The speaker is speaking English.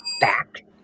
back